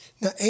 Now